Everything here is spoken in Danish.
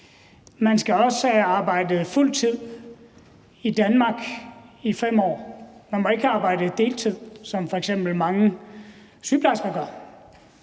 man også skal have arbejdet på fuld tid i Danmark i 5 år; man må ikke have arbejdet på deltid, som f.eks. mange sygeplejersker gør.